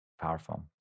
Powerful